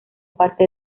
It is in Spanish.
parte